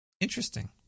Interesting